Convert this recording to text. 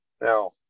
Now